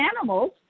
animals